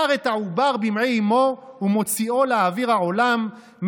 צר את העובר במעי אמו ומוציאו לאוויר העולם,